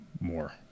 more